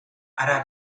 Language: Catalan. ara